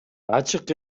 ачык